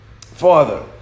Father